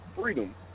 freedom